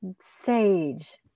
sage